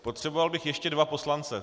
Potřeboval bych ještě dva poslance...